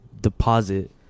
deposit